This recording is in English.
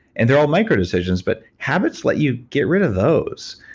and they're all micro decisions, but habits let you get rid of those.